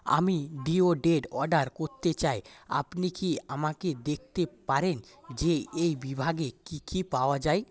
আমি deodorant order করতে চাই আপনি কি আমাকে দেখাতে পারেন যে এই বিভাগে কি কি পাওয়া যায়